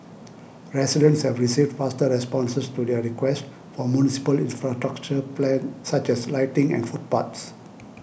residents have received faster responses to their requests for municipal infrastructure plan such as lighting and footpaths